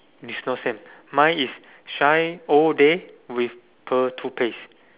is not same mine is shine all day with pearl toothpaste